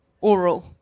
oral